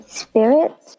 spirits